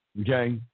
Okay